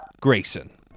grayson